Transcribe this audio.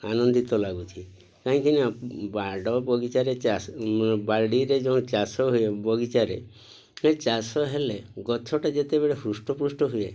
ଆନନ୍ଦିତ ଲାଗୁଛି କାହିଁକି ନା ବାଡ଼ ବଗିଚାରେ ଚାଷ ବାଡ଼ିରେ ଯେଉଁ ଚାଷ ହୁଏ ବଗିଚାରେ ସେ ଚାଷ ହେଲେ ଗଛଟା ଯେତେବେଳେ ହୃଷ୍ଟପୃଷ୍ଟ ହୁଏ